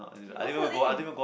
shit what's her name